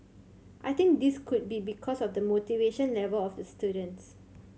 I think this could be because of the motivation level of the students